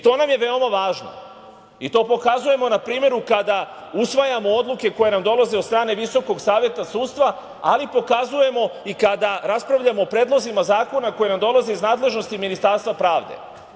To nam je veoma važno i to pokazujemo na primeru kada usvajamo odluke koje nam dolaze od strane Visokog saveta sudstva, ali pokazujemo i kada raspravljamo o predlozima zakona koji nam dolaze iz nadležnosti Ministarstva pravde.